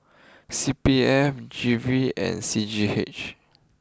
C P F G V and C G H